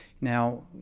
Now